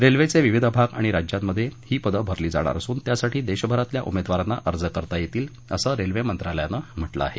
रेल्वेचे विविध भाग आणि राज्यांमध्ये ही पदं भरली जाणार असून त्यासाठी देशभरातल्या उमेदवारांना अर्ज करता येतील असं रेल्वे मंत्रालयानं म्हटलं आहे